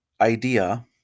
idea